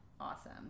Awesome